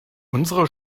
unsere